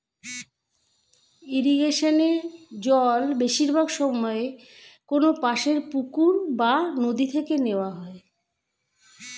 ইরিগেশনে জল বেশিরভাগ সময়ে কোনপাশের পুকুর বা নদি থেকে নেওয়া হয়